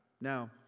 Now